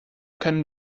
können